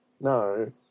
No